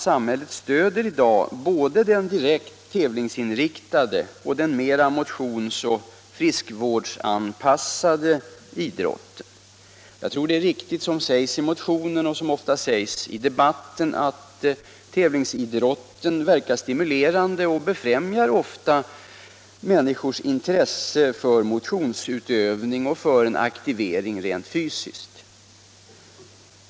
Samhället stöder i dag både den direkt tävlingsinriktade och den mera motionsoch friskvårdsanpassade verksamheten. Jag tror att det är riktigt, som det sägs i motionen och ofta i debatten, att tävlingsidrotten verkar stimulerande och ofta befrämjar människornas intresse för motionsutövning och verkar för en aktivering rent fysiskt.